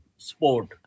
Sport